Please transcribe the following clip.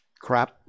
crap